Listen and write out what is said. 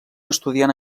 estudiant